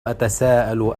أتساءل